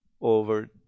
over